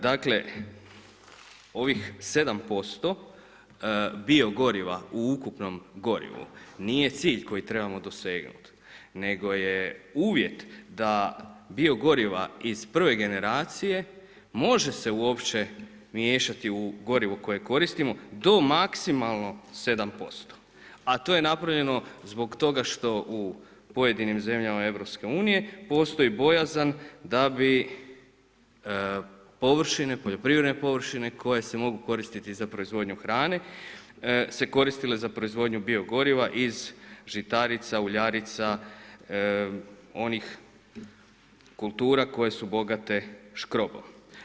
Dakle, ovih 7%bio goriva u ukupnom gorivu nije cilj koji trebamo dosegnuti nego je uvjet da bio goriva uz prve generacije može se uopće miješati u gorivo koje koristimo do maksimalno 7% a to je napravljeno zbog toga što u pojedinim zemljama EU-a postoji bojazan da bi poljoprivredne površine koje se mogu koristiti za proizvodnju hrane se koristile za proizvodnju bio goriva iz žitarica, uljarica, onih kultura koje su bogate škrobom.